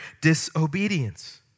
disobedience